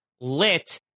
lit